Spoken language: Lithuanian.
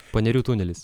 panerių tunelis